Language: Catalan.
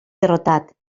derrotat